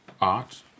art